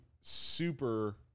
super